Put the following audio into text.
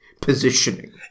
positioning